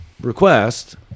request